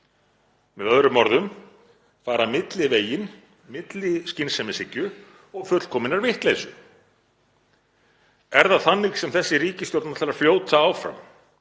Með öðrum orðum fara milliveginn milli skynsemishyggju og fullkominnar vitleysu. Er það þannig sem þessi ríkisstjórn ætlar að fljóta áfram